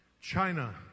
China